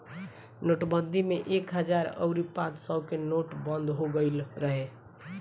नोटबंदी में एक हजार अउरी पांच सौ के नोट बंद हो गईल रहे